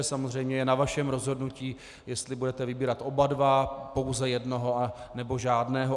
Samozřejmě je na vašem rozhodnutí, jestli budete vybírat oba dva, pouze jednoho, nebo žádného.